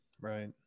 Right